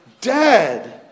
dead